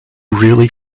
really